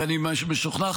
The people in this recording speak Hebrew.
ואני משוכנע,